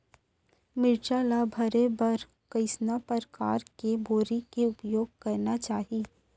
मिरचा ला भरे बर कइसना परकार के बोरी के उपयोग करना चाही?